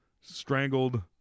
Strangled